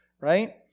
right